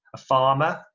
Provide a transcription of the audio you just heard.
a farmer,